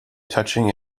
touching